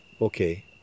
okay